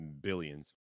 billions